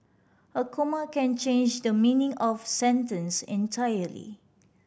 a comma can change the meaning of sentence entirely